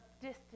distance